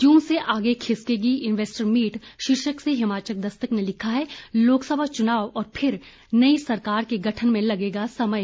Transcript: जून से आगे खिसकेगी इन्वेस्टर मीट शीर्षक से हिमाचल दस्तक ने लिखा है लोकसभा चुनाव और फिर नई सरकार के गठन में लगेगा समय